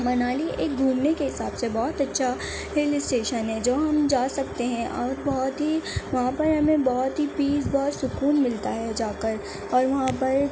منالی ایک گھومنے کے حساب سے بہت اچھا ہل اسٹیشن ہے جو ہم جا سکتے ہیں اور بہت ہی وہاں پر ہمیں بہت ہی پیس بہت سکون ملتا ہے جا کر اور وہاں پر